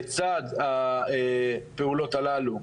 לצד הפעולות הללו,